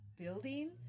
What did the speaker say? building